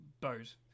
boat